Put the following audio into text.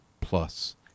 plus